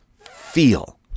feel